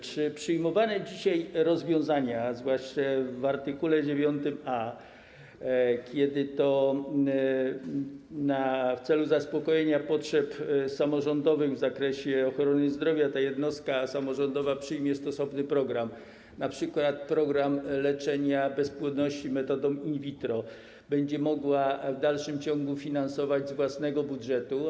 Czy przyjmowane dzisiaj rozwiązania, a zwłaszcza to z art. 9a, w którym mowa o tym, że w celu zaspokojenia potrzeb samorządowych w zakresie ochrony zdrowia jednostka samorządowa przyjmie stosowny program, np. program leczenia bezpłodności metodą in vitro, będzie mogła w dalszym ciągu finansować z własnego budżetu.